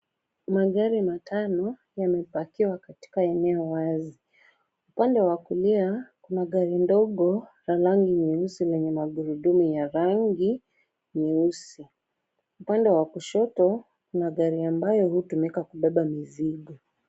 Magari matano yamepakiwa katika eneo wazi. Upande wa kulia kuna gari ndogo la rangi nyeusi lenye makurudumu ya rangi nyeusi. Upande wa kushoto kuna gari ambayo hutumika kupepa mizigo.